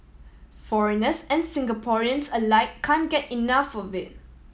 foreigners and Singaporeans alike can get enough of it